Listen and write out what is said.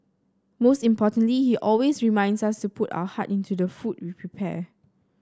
most importantly he always reminds us to put our heart into the food we prepare